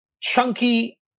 chunky